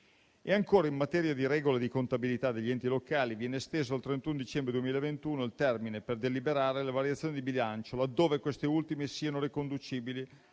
Ancora, in materia di regole di contabilità degli enti locali, viene esteso al 31 dicembre 2021 il termine per deliberare le variazioni di bilancio laddove queste ultime siano riconducibili